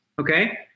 okay